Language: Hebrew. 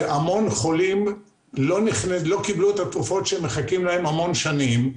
והמון חולים לא קיבלו את התרופות שמחכים להן המון שנים.